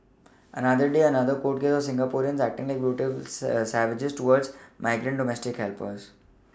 another day another court case of Singaporeans acting like brutal savages towards migrant domestic helpers